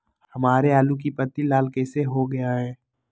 हमारे आलू की पत्ती लाल कैसे हो गया है?